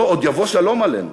לא "עוד יבוא שלום עלינו".